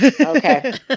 okay